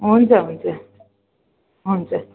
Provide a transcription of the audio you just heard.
हुन्छ हुन्छ हुन्छ